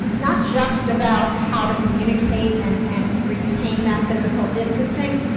not just about how to communicate and and retain that physical distancing,